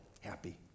happy